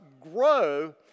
grow